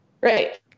Right